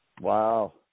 Wow